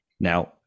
Now